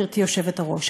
גברתי היושבת-ראש,